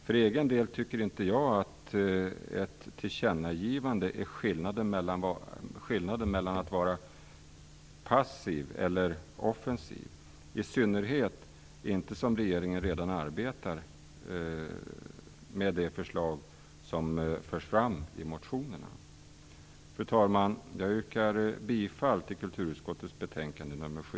För egen del tycker inte jag att ett tillkännagivande är det som utgör skillnaden mellan att vara passiv och att vara offensiv, i synnerhet som regeringen redan arbetar med de förslag som förs fram i motionerna. Fru talman! Jag yrkar bifall till kulturutskottets hemställan i betänkande nr 7.